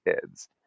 kids